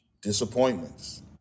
disappointments